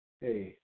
Hey